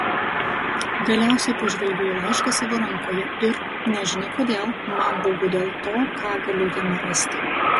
galiausiai pažvelgiu į laišką savo rankoje ir nežinia kodėl man baugu dėl to ką galiu jame rasti